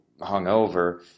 hungover